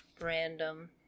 random